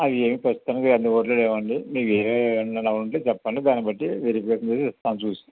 అది ఏమి ప్రస్తుతనికి అందుబాటులో లేవండి వేరేవి ఏమన్నా ఉంటే చెప్పండి దాన్ని బట్టి వెరిఫికేషన్ చేసి ఇస్తాం చూసి